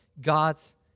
God's